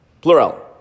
Plural